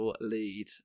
lead